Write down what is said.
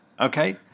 Okay